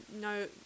no